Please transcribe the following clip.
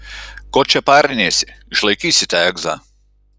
ko čia pariniesi išlaikysi tą egzą